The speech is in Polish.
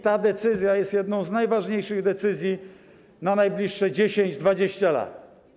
Ta decyzja jest jedną z najważniejszych decyzji na najbliższe 10, 20 lat.